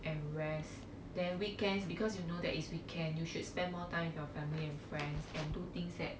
and rest then weekends because you know that it's weekend you should spend more time with your family and friends and do things that